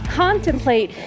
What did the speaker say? contemplate